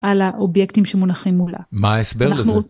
על האובייקטים שמונחים מולה, מה הסבר לזה.